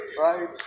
right